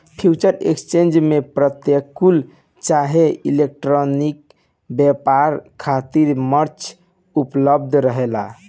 future exchange में प्रत्यकछ चाहे इलेक्ट्रॉनिक व्यापार खातिर मंच उपलब्ध रहेला